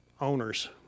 owners